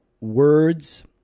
words